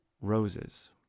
roses